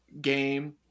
game